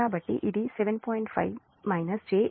5 j 4